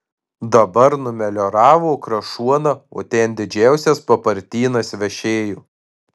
dabar numelioravo krašuoną o ten didžiausias papartynas vešėjo